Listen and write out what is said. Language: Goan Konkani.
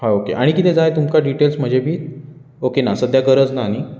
हय ओके आनी कितें जाय तुमकां डिटेल्स म्हजे कितें बीन ओके ना सद्या गरज ना न्ही